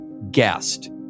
Guest